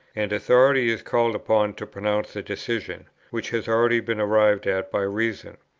and authority is called upon to pronounce a decision, which has already been arrived at by reason.